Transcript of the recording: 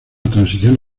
transición